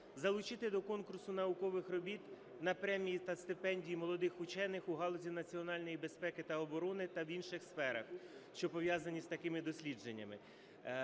залучити до конкурсу наукових робіт на премії та стипендії молодих учених у галузі національної безпеки та оброни та в інших сферах, що пов'язані з такими дослідженнями.